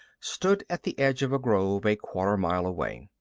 stood at the edge of a grove a quarter-mile away.